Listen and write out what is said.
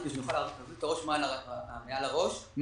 כדי שנוכל להחזיק את הראש מעל המים,